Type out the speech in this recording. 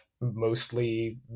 mostly